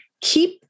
keep